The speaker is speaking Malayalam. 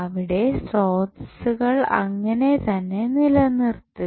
അവിടെ സ്രോതസ്സുകൾ അങ്ങനെതന്നെ നിലനിർത്തുക